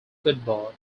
football